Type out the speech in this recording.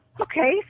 Okay